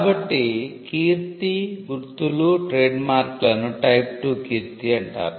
కాబట్టి కీర్తి గుర్తులు ట్రేడ్మార్క్లను టైప్ టూ కీర్తి అంటారు